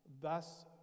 thus